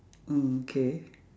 mm K